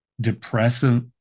depressive